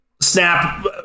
snap